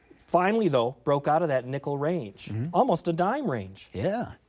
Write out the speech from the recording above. finally though broke out of that nickel range, almost a dime range. yeah